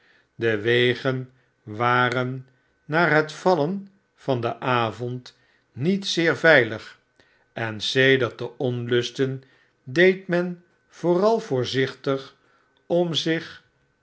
de wegen waren na het vallen van den avond niet zeer veilig en sedert de onlusten deed men vooral voorzichtig om zich